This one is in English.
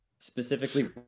specifically